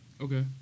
Okay